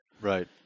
Right